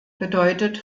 bedeutet